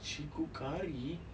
she cook curry